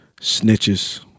snitches